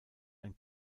ein